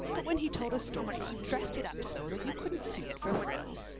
but when he told a story he dressed it up so that you couldn't see it for frills.